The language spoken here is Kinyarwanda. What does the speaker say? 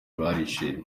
barishimye